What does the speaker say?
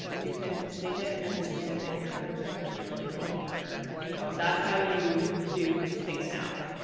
you can sink it and then choose it here, which is actually a really cool feature. so that's how you do the sync now.